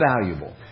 valuable